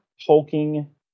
hulking